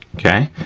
okay,